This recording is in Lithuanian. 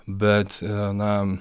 bet gana